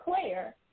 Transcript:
Claire